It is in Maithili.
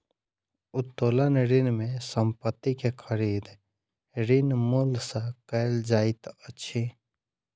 उत्तोलन ऋण में संपत्ति के खरीद, ऋण मूल्य सॅ कयल जाइत अछि